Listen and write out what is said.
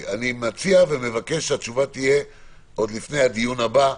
אני מציע ומבקש שהתשובה תהיה עוד לפני הדיון הבא,